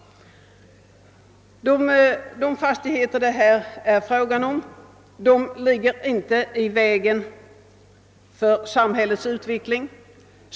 De fastigheter det är fråga om ligger inte i vägen för samhällets utveckling.